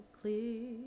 clear